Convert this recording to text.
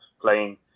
playing